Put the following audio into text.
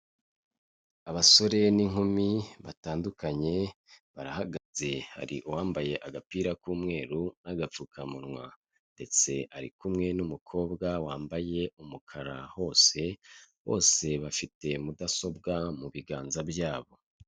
Abasore n'inkumi batandukanye, barahagaze hari uwambaye agapira k'umweru n'agapfukamunwa, ndetse ari kumwe n'umukobwa wambaye umukara hose, bose bafite mudasobwa mu biganza byabo.